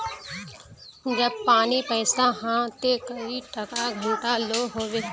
जब पानी पैसा हाँ ते कई टका घंटा लो होबे?